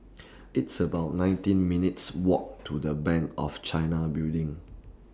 It's about nineteen minutes' Walk to The Bank of China Building